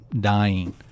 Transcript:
dying